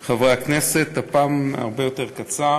חברי חברי הכנסת, הפעם הרבה יותר קצר.